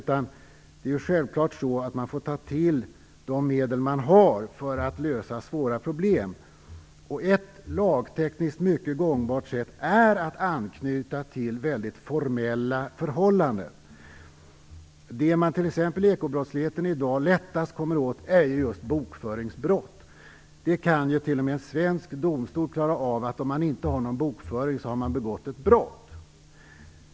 Man får självklart ta till de medel som man har för att lösa svåra problem. Ett lagtekniskt mycket gångbart sätt är att anknyta till väldigt formella förhållanden. Det som man t.ex. lättast kommer åt inom ekobrottsligheten i dag är bokföringsbrott. T.o.m. en svensk domstol kan klara ut att en företagare som inte har någon bokföring har begått ett brott.